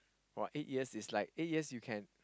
for eight years it's like eight years you can